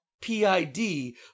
P-I-D